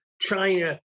China